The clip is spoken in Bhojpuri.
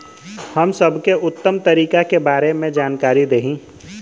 हम सबके उत्तम तरीका के बारे में जानकारी देही?